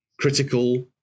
critical